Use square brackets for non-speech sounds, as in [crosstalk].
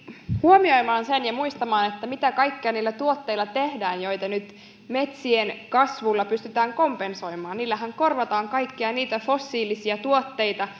huomioimaan ja muistamaan mitä kaikkea niillä tuotteilla tehdään joita nyt metsien kasvulla pystytään kompensoimaan niillähän korvataan kaikkia niitä fossiilisia tuotteita [unintelligible]